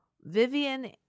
Vivian